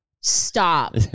Stop